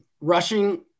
rushing –